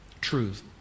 truth